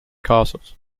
castles